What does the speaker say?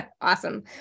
awesome